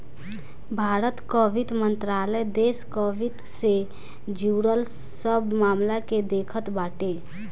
भारत कअ वित्त मंत्रालय देस कअ वित्त से जुड़ल सब मामल के देखत बाटे